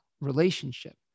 relationship